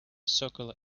circular